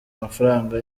amafaranga